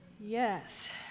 Yes